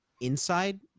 inside